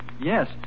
Yes